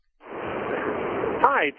Hi